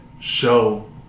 show